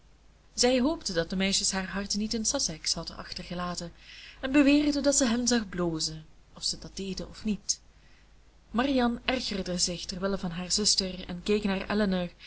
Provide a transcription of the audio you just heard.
zij hoopte dat de meisjes haar harten niet in sussex hadden achtergelaten en beweerde dat ze hen zag blozen of ze dat deden of niet marianne ergerde zich terwille van haar zuster en keek naar